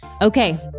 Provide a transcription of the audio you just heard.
Okay